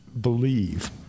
believe